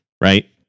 right